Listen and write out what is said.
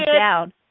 down